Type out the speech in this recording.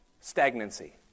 stagnancy